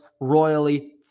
royally